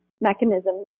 mechanism